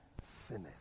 sinners